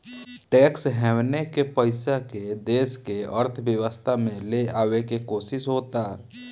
tax haven के पइसा के देश के अर्थव्यवस्था में ले आवे के कोशिस होता